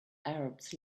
arabs